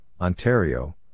Ontario